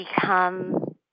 become